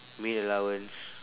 meal allowance